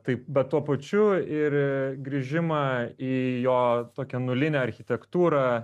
taip bet tuo pačiu ir grįžimą į jo tokią nulinę architektūrą